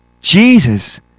Jesus